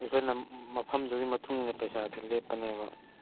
ꯑꯩꯈꯣꯏꯅ ꯃꯐꯝꯗꯨꯒꯤ ꯃꯇꯨꯡ ꯏꯟꯅ ꯄꯩꯁꯥꯗꯨ ꯂꯦꯞꯄꯅꯦꯕ